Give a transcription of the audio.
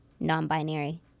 non-binary